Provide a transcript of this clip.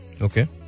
Okay